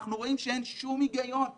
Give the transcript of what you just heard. אנחנו רואים שאין שום היגיון,